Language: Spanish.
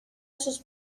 sus